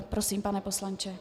Prosím, pane poslanče.